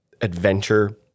adventure